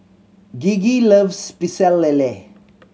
Gigi loves Pecel Lele